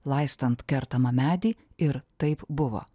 laistant kertamą medį ir taip buvo